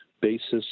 basis